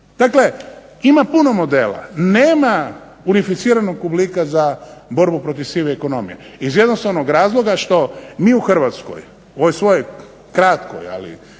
Dakle ima puno modela, nema unificiranog oblika za borbu protiv sive ekonomije iz jednostavnog razloga što mi u Hrvatskoj u ovoj svojoj kratkoj ali